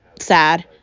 sad